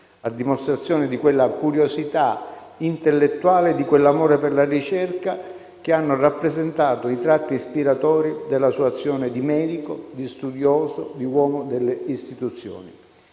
a dimostrazione di quella curiosità intellettuale e di quell'amore per la ricerca che hanno rappresentato i tratti ispiratori della sua azione di medico, di studioso, di uomo delle istituzioni.